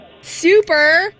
super